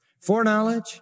Foreknowledge